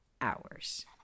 hours